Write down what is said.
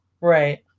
Right